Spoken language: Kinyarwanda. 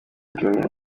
junior